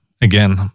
again